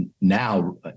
now